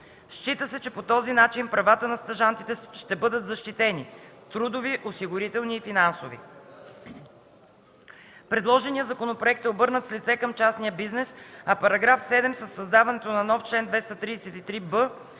Счита се, че по този начин правата на стажантите ще бъдат защитени – трудови, осигурителни и финансови. Предложеният законопроект е обърнат с лице към частния бизнес, а § 7 със създаването на нов чл. 233б